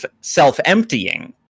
self-emptying